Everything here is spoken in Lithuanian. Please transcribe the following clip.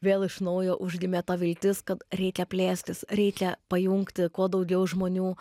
vėl iš naujo užgimė ta viltis kad reikia plėstis reikia pajungti kuo daugiau žmonių